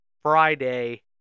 friday